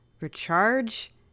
recharge